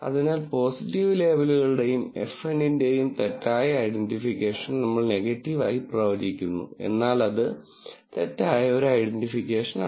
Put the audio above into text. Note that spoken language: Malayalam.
അതിനാൽ പോസിറ്റീവ് ലേബലുകളുടെയും FN ന്റെയും തെറ്റായ ഐഡന്റിഫിക്കേഷൻ നമ്മൾ നെഗറ്റീവ് ആയി പ്രവചിക്കുന്നു എന്നാൽ അത് തെറ്റായ ഒരു ഐഡന്റിഫിക്കേഷനാണ്